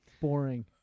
Boring